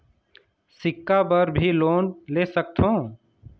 सिक्छा बर भी लोन ले सकथों?